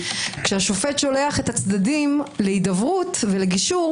כשהשופט שולח את הצדדים להידברות ולגישור